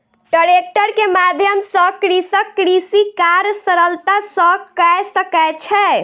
tractor के माध्यम सॅ कृषक कृषि कार्य सरलता सॅ कय सकै छै